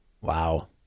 Wow